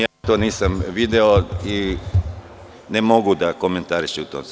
Ja to nisam video i ne mogu da komentarišem.